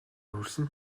хүрсэн